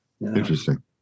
interesting